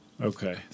Okay